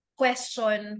question